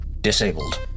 Disabled